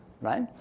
right